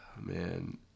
Man